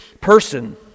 person